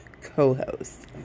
co-host